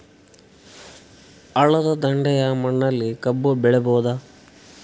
ಹಳ್ಳದ ದಂಡೆಯ ಮಣ್ಣಲ್ಲಿ ಕಬ್ಬು ಬೆಳಿಬೋದ?